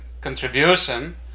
contribution